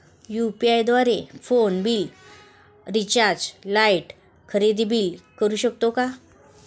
UPI द्वारे phone bill, recharge, light, खरेदी bill भरू शकतो का?